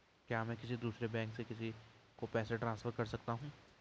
क्या मैं किसी दूसरे बैंक से किसी को पैसे ट्रांसफर कर सकता हूँ?